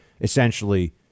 essentially